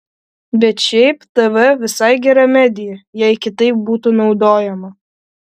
bet šiaip tv visai gera medija jeigu kitaip būtų naudojama